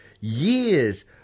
years